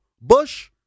Bush